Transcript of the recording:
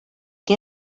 que